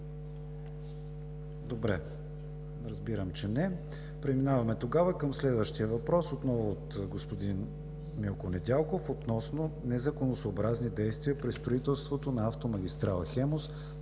Добре, разбирам, че не. Преминаваме към следващия въпрос, отново от господин Милко Недялков, относно незаконосъобразни действия при строителството на автомагистрала „Хемус“